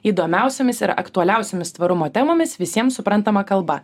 įdomiausiomis ir aktualiausiomis tvarumo temomis visiems suprantama kalba